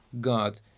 God